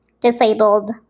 disabled